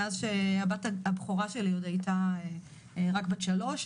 מאז שהבת הבכורה שלי עוד הייתה רק בת שלוש.